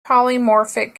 polymorphic